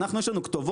אנחנו יש לנו כתובות,